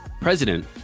president